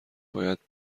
باید